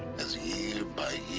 as year by